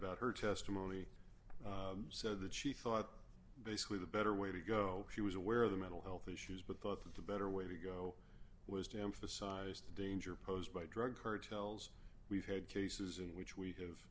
about her testimony said that she thought basically the better way to go she was aware of the mental health issues but thought that the better way to go was to emphasize the danger posed by drug cartels we've had cases in which we have